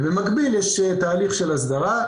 ובמקביל יש תהליך של אסדרה,